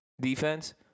defense